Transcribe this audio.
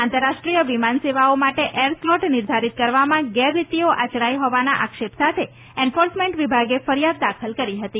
આંતરરાષ્ટ્રીય વિમાન સેવાઓ માટે એર સ્લોટ નિર્ધારીત કરવામાં ગેરરીતીઓ આચરાઇ હોવાના આક્ષેપ સાથે એન્ફોર્સમેન્ટ વિભાગે ફરિયાદ દાખલ કરી હતી